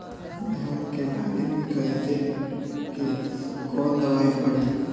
धान के बाली निकलते के कवन दवाई पढ़े?